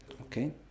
Okay